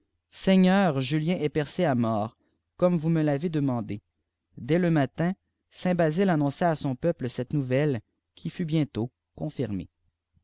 seigneur mien est percé à mort compae vws ifte ravttufcnrmmméii dë lé niatin saint basile annonça à son peuple cette nouvelle qui fut bientôt confirmée